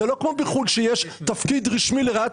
זה לא כמו בחו"ל שיש תפקיד רשמי לרעיית